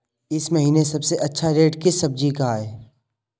इस महीने सबसे अच्छा रेट किस सब्जी का है?